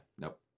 Nope